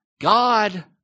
God